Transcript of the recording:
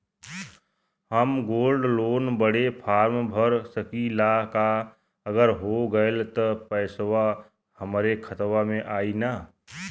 हम gold loan बड़े form भर सकी ला का अगर हो गैल त पेसवा हमरे खतवा में आई ना?